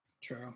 true